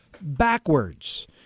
Backwards